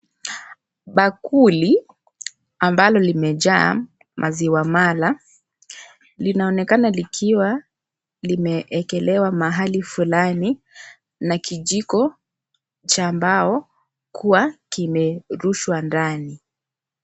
Bakuli ambalo limejaa maziwa mala linaonekana likiwa limeekelewa maali fulani na kijiko cha mbao kuwa kimerushwa ndani.